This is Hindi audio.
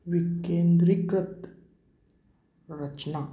बिकेन्द्रीकृत रचना